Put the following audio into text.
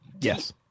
Yes